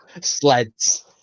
Sleds